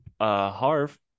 harv